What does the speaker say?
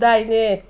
दाहिने